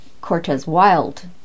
Cortez-Wild